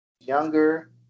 younger